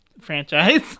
franchise